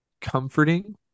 comforting